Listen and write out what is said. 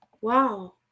Wow